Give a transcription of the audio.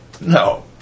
No